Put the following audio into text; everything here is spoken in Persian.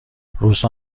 روزها